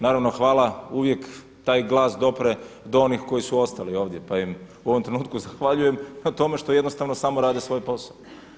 Naravno hvala uvijek taj glas dopre do onih koji su ostali ovdje, pa im u ovom trenutku zahvaljujem na tome što jednostavno samo rade svoj posao.